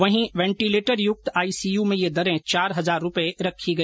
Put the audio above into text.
वहीं वेंटिलेटर यूक्त आईसीयू में यह दरें चार हजार रूपए रखी गयी हैं